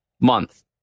month